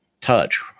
touch